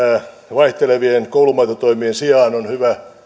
vaihtelevien koulumaitotoimien sijaan on hyvä